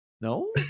No